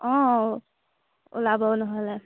অঁ ওলাব নহ'লে